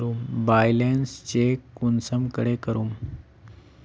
Balance check कुंसम करे करूम?